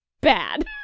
bad